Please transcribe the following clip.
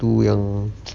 tu yang